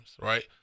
Right